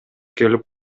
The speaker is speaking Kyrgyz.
келип